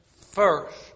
first